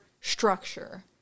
structure